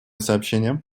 сообщения